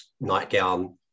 nightgown